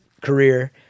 career